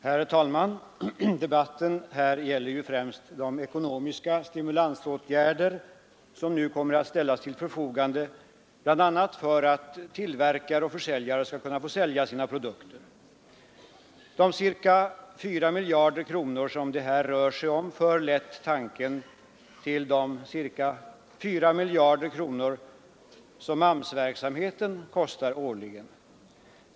Herr talman! Debatten gäller ju främst de ekonomiska stimulansåtgärder som nu kommer att ställas till förfogande bl.a. för att tillverkare och försäljare skall få sälja sina produkter. De ca 4 miljarder kronor som det här rör sig om för lätt tanken till de ca 4 miljarder kronor som AMS-verksamheten kostar årligen.